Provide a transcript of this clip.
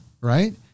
right